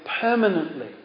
permanently